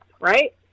Right